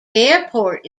airport